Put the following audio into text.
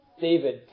David